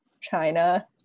China